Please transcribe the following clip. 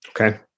Okay